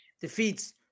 defeats